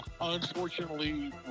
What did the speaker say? Unfortunately